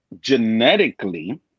genetically